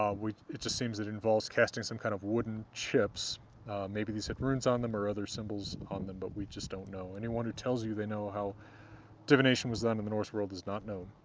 um we it just seems it involves casting some kind of wooden chips maybe these had runes on them or other symbols on them, but we just don't know. anyone who tells you they know how divination was done in the norse world does not know.